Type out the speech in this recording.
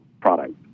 product